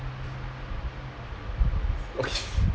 okay